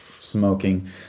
smoking